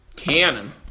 Cannon